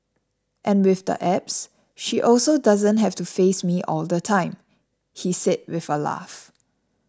and with the apps she also doesn't have to face me all the time he said with a laugh